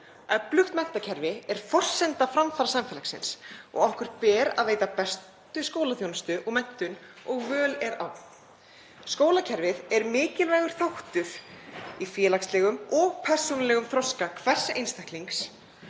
Öflugt menntakerfi er forsenda framfara samfélagsins og okkur ber að veita bestu skólaþjónustu og menntun sem völ er á. Skólakerfið er mikilvægur þáttur í félagslegum og persónulegum þroska hvers einstaklings